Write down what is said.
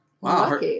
Wow